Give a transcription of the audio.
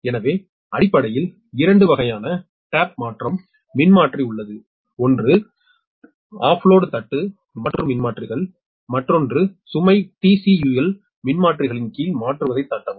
எனவே அடிப்படையில் இரண்டு வகையான டேப் மாற்றும் மின்மாற்றி உள்ளது ஒன்று ஆஃப்லோட் தட்டு மாற்றும் மின்மாற்றிகள் மற்றொன்று சுமை TCUL மின்மாற்றிகளின் கீழ் மாற்றுவதைத் தட்டவும்